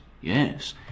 Yes